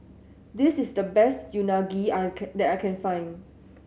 this is the best Unagi I can that I can find